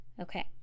okay